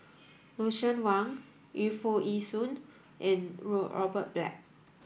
Lucien Wang Yu Foo Yee Shoon and Robert Black